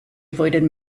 avoided